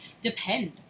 depend